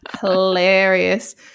hilarious